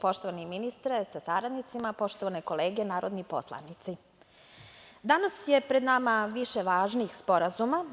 Poštovani ministre sa saradnicima, poštovane kolege narodni poslanici, danas je pred nama više važnih sporazuma.